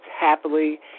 happily